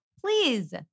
please